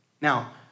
Now